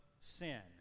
sin